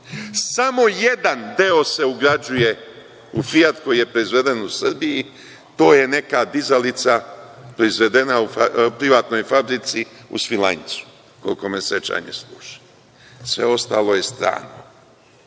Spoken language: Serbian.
Samo jedan deo se ugrađuje u „Fijat“ koji je proizveden u Srbiji, to je neka dizalica proizvedena u privatnoj fabrici u Svilajncu, ako me sećanje služi, sve ostalo je strano.